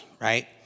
right